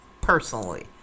personally